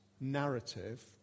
narrative